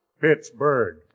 Pittsburgh